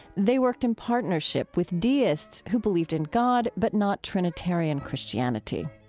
they worked in partnership with deists, who believed in god but not trinitarian christianity.